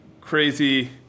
crazy